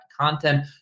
content